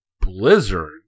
Blizzard